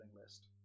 list